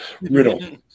Riddle